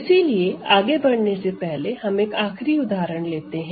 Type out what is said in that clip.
इसलिए आगे बढ़ने से पहले हम एक आखिरी उदाहरण लेते हैं